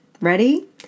Ready